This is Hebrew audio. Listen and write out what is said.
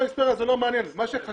לא היסטוריה מה שחשוב,